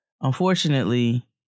unfortunately